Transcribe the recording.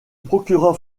procureur